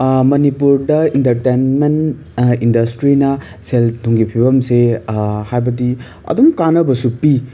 ꯃꯅꯤꯄꯨꯔꯗ ꯏꯟꯇꯔꯇꯦꯟꯃꯦꯟ ꯏꯟꯗꯁꯇ꯭ꯔꯤꯅ ꯁꯦꯜ ꯊꯨꯝꯒꯤ ꯐꯤꯕꯝꯁꯤ ꯍꯥꯏꯕꯗꯤ ꯑꯗꯨꯝ ꯀꯥꯟꯅꯕꯁꯨ ꯄꯤ